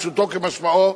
פשוטו כמשמעו,